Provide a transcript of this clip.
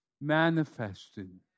manifested